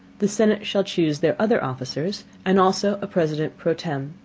the senate shall choose their other officers, and also a president pro tempore,